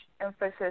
emphasis